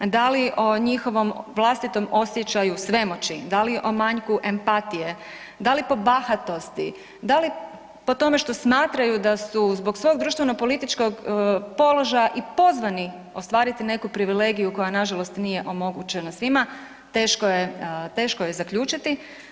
Da li o njihovom vlastitom osjećaju svemoći, da li o manjku empatije, da li po bahatosti, da li po tome što smatraju da su zbog svog društvenopolitičkog položaja i pozvani ostvariti neku privilegiju koja nažalost nije omogućena svima, teško je zaključiti.